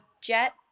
jet